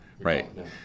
right